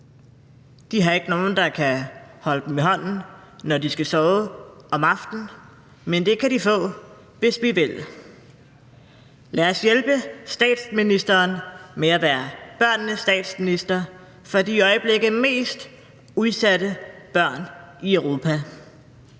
De har ikke nogen, der kan holde dem i hånden, når de skal sove om aftenen, men det kan de få, hvis vi vil. Lad os hjælpe statsministeren med at være børnenes statsminister for de i øjeblikket mest udsatte børn i Europa.